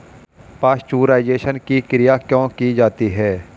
Pasteurisation की क्रिया क्यों की जाती है?